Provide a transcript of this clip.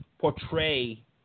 portray